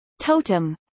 Totem